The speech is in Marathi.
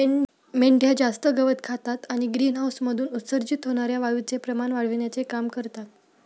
मेंढ्या जास्त गवत खातात आणि ग्रीनहाऊसमधून उत्सर्जित होणार्या वायूचे प्रमाण वाढविण्याचे काम करतात